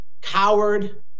coward